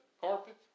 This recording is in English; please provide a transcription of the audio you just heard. carpet